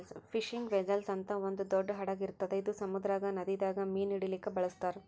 fishing vessel ಅಂತ್ ಒಂದ್ ದೊಡ್ಡ್ ಹಡಗ್ ಇರ್ತದ್ ಇದು ಸಮುದ್ರದಾಗ್ ನದಿದಾಗ್ ಮೀನ್ ಹಿಡಿಲಿಕ್ಕ್ ಬಳಸ್ತಾರ್